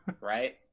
Right